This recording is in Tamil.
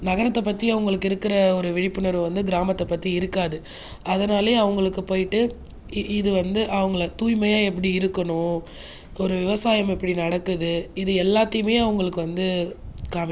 நகரத்தை பற்றி அங்களுக்கு இருக்கிற ஒரு விழிப்புணர்வு வந்து கிராமத்தை பற்றி இருக்காது அதனாலேயே அவர்களுக்கு போய்விட்டு இது வந்து அவங்களை தூய்மையாக எப்படி இருக்கணும் ஒரு விவசாயம் எப்படி நடக்குது இது எல்லாத்தையுமே அவர்களுக்கு வந்து காமிப்போம்